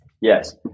Yes